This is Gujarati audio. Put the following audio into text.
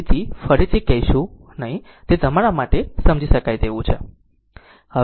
તેથી ફરીથી કહેશું નહીં તે તમારા માટે સમજી શકાય તેવું છે